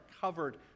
covered